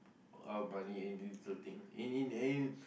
our money in little thing in in any